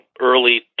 early